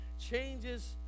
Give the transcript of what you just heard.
changes